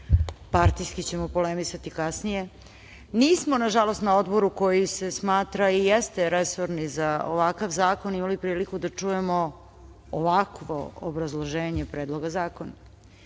partijski ćemo polemisati kasnije, nismo, nažalost, na odboru koji se smatra i jeste resorni za ovakav zakon imali priliku da čujemo ovakvo obrazloženje predloga zakona.